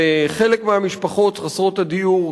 וחלק מהמשפחות חסרות הדיור,